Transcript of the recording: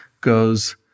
goes